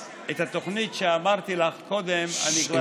את התוכנית שאמרתי לך קודם אני כבר הבאתי,